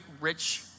rich